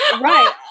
right